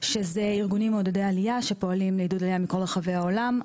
שזה ארגונים מעודדי עלייה שפועלים לעידוד עלייה מכל רחבי העולם,